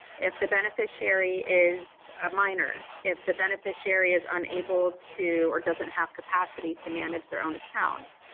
if the beneficiary is a minor, if the beneficiary is unable to or doesn't have capacity to manage their own account,